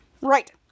right